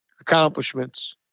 accomplishments